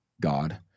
god